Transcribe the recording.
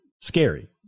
scary